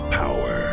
power